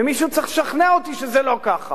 ומישהו צריך לשכנע אותי שזה לא ככה.